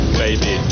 baby